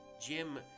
Jim